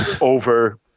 over